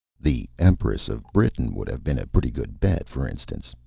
the empress of britain would have been a pretty good bet, for instance,